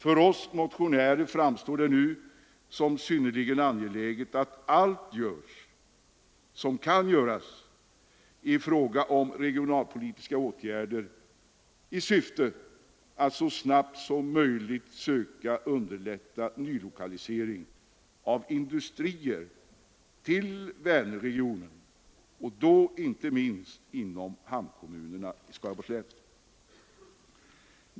För oss motionärer framstår det nu som synnerligen angeläget att allt görs som kan göras i fråga om regionalpolitiska åtgärder i syfte att så snabbt som möjligt söka underlätta nylokalisering av industrier till Vänerregionen, och då inte minst inom hamnkommunerna i Skaraborgs län.